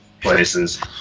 places